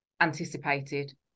anticipated